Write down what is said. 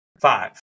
Five